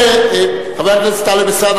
חבר הכנסת טלב אלסאנע,